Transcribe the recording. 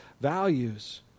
values